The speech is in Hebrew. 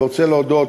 אני רוצה להודות